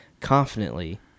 confidently